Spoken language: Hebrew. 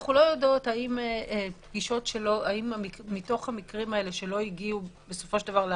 אנחנו לא יודעים האם מתוך המקרים שלא הגיעו לערכאות,